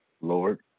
Lord